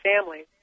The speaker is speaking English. family